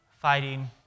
fighting